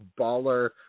baller